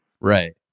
Right